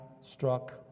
struck